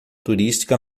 turística